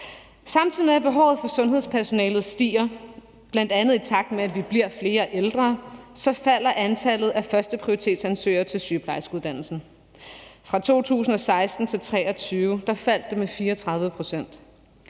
Samtidig med at behovet for sundhedspersonale stiger, bl.a. i takt med at vi bliver flere ældre, så falder antallet af førsteprioritetsansøgere til sygeplejerskeuddannelsen. Fra 2016 til 2023 faldt det med 34 pct.